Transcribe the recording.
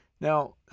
Now